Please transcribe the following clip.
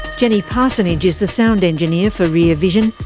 jenny parsonage is the sound engineer for rear vision.